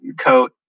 coat